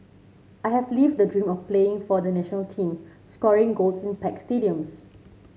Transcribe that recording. I have lived the dream of playing for the national team scoring goals in packed stadiums